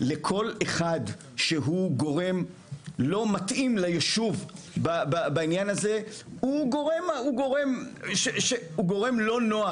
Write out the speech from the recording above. לכל אחד שהוא גורם לא מתאים לישוב בעניין הזה - הוא גורם לא נוח.